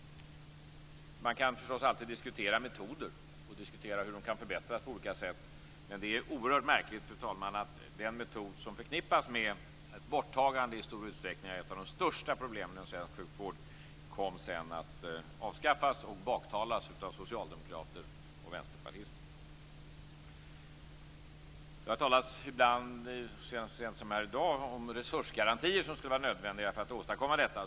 Man kan förstås alltid diskutera metoder och hur de kan förbättras på olika sätt. Men det är oerhört märkligt, fru talman, att den metod som i stor utsträckning förknippas med ett borttagande av ett av de största problemen inom svensk sjukvård sedan kom att avskaffas och baktalas av socialdemokrater och vänsterpartister. Det har ibland, så sent som i dag, talats om resursgarantier som skulle vara nödvändiga för att åstadkomma detta.